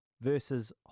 versus